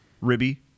Ribby